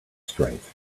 strength